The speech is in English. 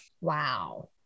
Wow